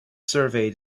survey